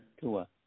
Tua